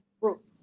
group